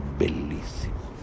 bellissimo